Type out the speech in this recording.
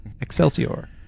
Excelsior